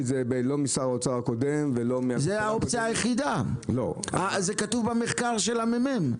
את זה לא משר האוצר הקודם --- זה כתוב במחקר של הממ"מ.